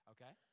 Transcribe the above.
Okay